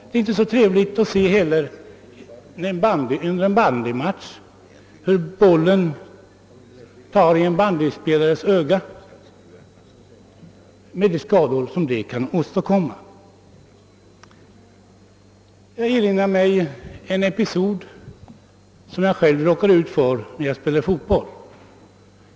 Det är inte heller så trevligt att under en bandymatch se hur bollen tar i en bandyspelares öga med de skador som det kan åstadkomma. Jag erinrar mig en episod som jag själv råkade ut för när jag spelade fotboll.